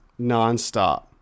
nonstop